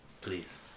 please